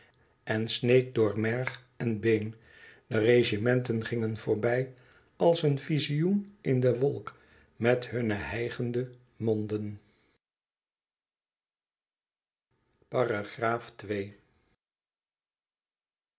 en sneed door merg en been de regimenten gingen voorbij als een vizioen in de wolk met hunne hijgende monden